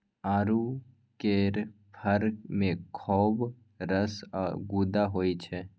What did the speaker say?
आड़ू केर फर मे खौब रस आ गुद्दा होइ छै